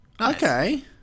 okay